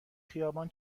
خیابان